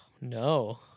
No